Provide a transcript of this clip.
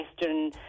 Western